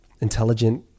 intelligent